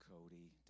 Cody